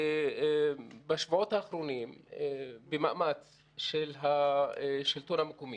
ובשבועות האחרונים במאמץ של השלטון המקומי,